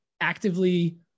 actively